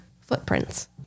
footprints